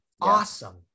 awesome